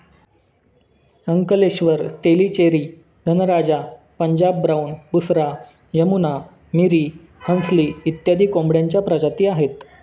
Ankleshwar, Tellicherry, Dhanraja, Punjab brown, Busra, Yamuna, Miri, Hansli इत्यादी कोंबड्यांच्या प्रजाती आहेत